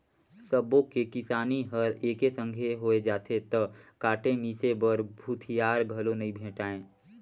सबो के किसानी हर एके संघे होय जाथे त काटे मिसे बर भूथिहार घलो नइ भेंटाय